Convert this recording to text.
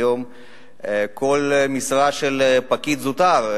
היום כל משרה של פקיד זוטר,